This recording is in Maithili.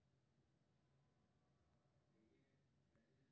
एकर बाद डेबिट कार्ड ब्लॉक सफलतापूर्व संपन्न हेबाक सूचना भेटत